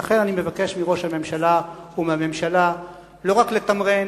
לכן אני מבקש מראש הממשלה ומהממשלה לא רק לתמרן,